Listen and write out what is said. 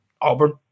Auburn